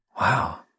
Wow